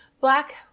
Black